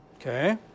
Okay